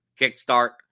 Kickstart